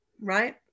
right